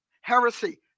heresy